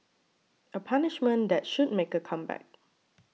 a punishment that should make a comeback